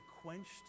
quenched